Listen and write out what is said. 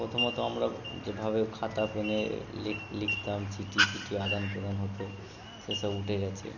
প্রথমত আমরা যেভাবে খাতা পেনে লিখ লিখতাম চিঠি ফিঠি আদান প্রদান হতো সেসব উঠে গেছে